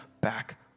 back